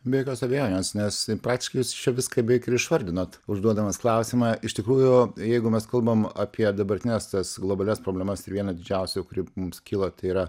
be jokios abejonės nes praktiškai jūs čia viską beveik ir išvardinot užduodamas klausimą iš tikrųjų jeigu mes kalbam apie dabartines tas globalias problemas vieną didžiausių kuri mums kyla tai yra